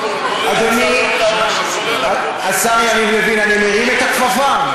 אדוני השר יריב לוין, אני מרים את הכפפה.